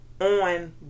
on